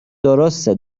درسته